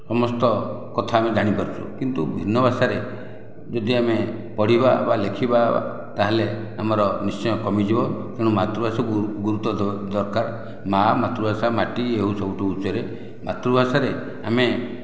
ସମସ୍ତ କଥା ଆମେ ଜାଣିପାରୁଛୁ କିନ୍ତୁ ଭିନ୍ନ ଭାଷାରେ ଯଦି ଆମେ ପଢ଼ିବା ବା ଲେଖିବା ତାହେଲେ ଆମର ନିଶ୍ଚୟ କମିଯିବ ତେଣୁ ମାତୃଭାଷାକୁ ଗୁରୁତ୍ୱ ଦେବା ଦରକାର ମା ମାତୃଭାଷା ମାଟି ଇଏ ହେଉଛି ସବୁଠୁ ଉଚ୍ଚରେ ମାତୃଭାଷାରେ ଆମେ